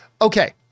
okay